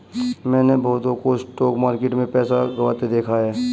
मैंने बहुतों को स्टॉक मार्केट में पैसा गंवाते देखा हैं